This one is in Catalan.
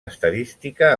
estadística